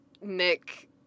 Nick